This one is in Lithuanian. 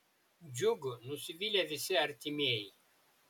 džiugu nusivylė visi artimieji